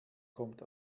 kommt